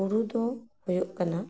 ᱵᱩᱨᱩ ᱫᱚ ᱦᱩᱭᱩᱜ ᱠᱟᱱᱟ